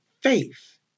faith